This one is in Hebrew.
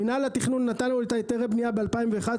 מינהל התכנון נתן לנו את היתר הבנייה ב-2011,